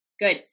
Good